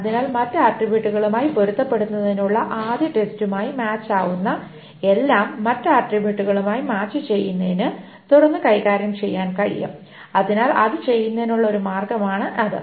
അതിനാൽ മറ്റ് ആട്രിബ്യൂട്ടുകളുമായി പൊരുത്തപ്പെടുന്നതിനുള്ള ആദ്യ ടെസ്റ്റുമായി മാച്ച് ആവുന്ന എല്ലാം മറ്റ് ആട്രിബ്യൂട്ടുകളുമായി മാച്ച് ചെയ്യുന്നതിന് തുടർന്ന് കൈകാര്യം ചെയ്യാൻ കഴിയും അതിനാൽ അത് ചെയ്യുന്നതിനുള്ള ഒരു മാർഗമാണ് അത്